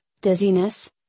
dizziness